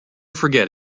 forget